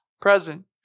present